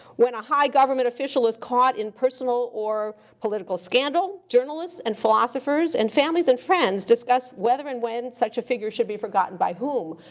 when a high government official is caught in personal or political scandal, journalists and philosophers and families and friends discuss whether and when such a figure should be forgotten by whom.